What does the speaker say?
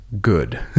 Good